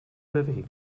bewegen